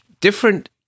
different